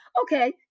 Okay